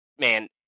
Man